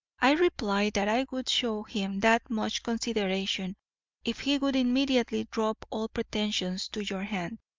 i replied that i would show him that much consideration if he would immediately drop all pretensions to your hand.